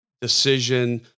decision